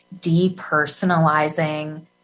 depersonalizing